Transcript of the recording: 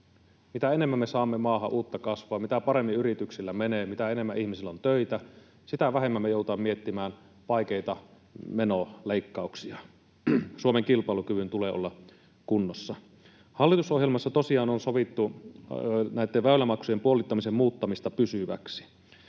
Mitä enemmän me saamme maahan uutta kasvua, mitä paremmin yrityksillä menee, mitä enemmän ihmisillä on töitä, sitä vähemmän me joudutaan miettimään vaikeita menoleikkauksia. Suomen kilpailukyvyn tulee olla kunnossa. Hallitusohjelmassa tosiaan on sovittu näitten väylämaksujen puolittamisen muuttaminen pysyväksi.